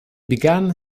began